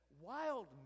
wild